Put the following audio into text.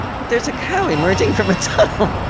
but there's a cow emerging from a tunnel!